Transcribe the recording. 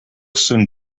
soon